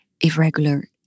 irregular